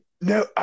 no